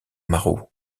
marot